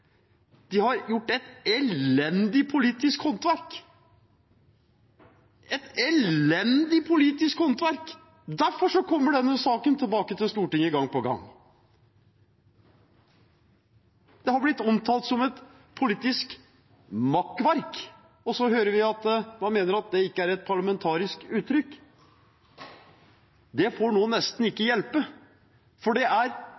har gjort et elendig politisk håndverk. Derfor kommer denne saken tilbake til Stortinget gang på gang. Dette er blitt omtalt som «et politisk makkverk», og så hører vi at man mener det ikke er et parlamentarisk uttrykk. Det får nå nesten ikke hjelpe, for det er